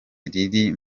riri